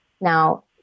Now